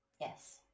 Yes